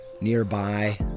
nearby